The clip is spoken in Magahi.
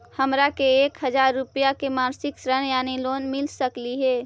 हमरा के एक हजार रुपया के मासिक ऋण यानी लोन मिल सकली हे?